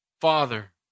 Father